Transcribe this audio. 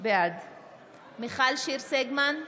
בעד מיכל שיר סגמן,